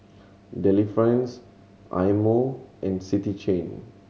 Delifrance Eye Mo and City Chain